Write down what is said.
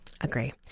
Agree